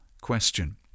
question